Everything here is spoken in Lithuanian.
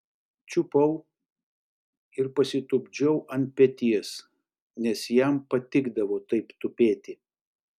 čiupau ir pasitupdžiau ant peties nes jam patikdavo taip tupėti